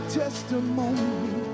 testimony